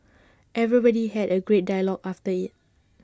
everybody had A great dialogue after IT